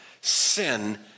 Sin